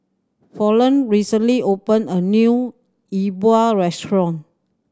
Fallon recently opened a new E Bua restaurant